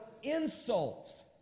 insults